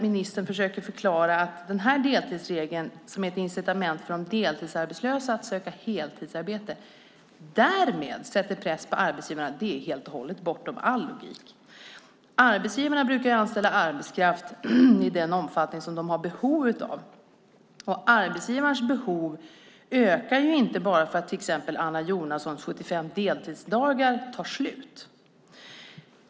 Ministern försöker förklara att den här deltidsregeln är ett incitament för de deltidsarbetslösa att söka heltidsarbete och därmed sätter press på arbetsgivarna. Det är helt och hållet bortom all logik. Arbetsgivarna brukar anställa arbetskraft i den omfattning de har behov av, och arbetsgivarens behov ökar inte bara för att till exempel Anna Jonassons 75 deltidsdagar tar slut.